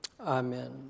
amen